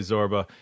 Zorba